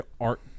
art